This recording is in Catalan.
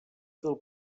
del